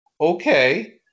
okay